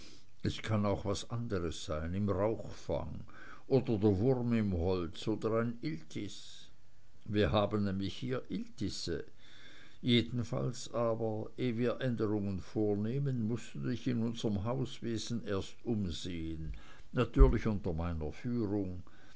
es kann auch was anderes sein im rauchfang oder der wurm im holz oder ein iltis wir haben nämlich hier iltisse jedenfalls aber eh wir änderungen vornehmen mußt du dich in unserem hauswesen erst umsehen natürlich unter meiner führung